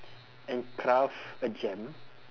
and craft a gem